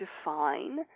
define